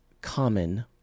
common